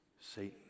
Satan